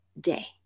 day